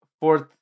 fourth